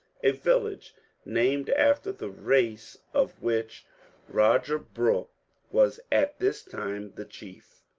a village named after the race of which roger brooke was at this time the chief.